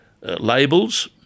labels